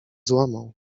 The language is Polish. złamał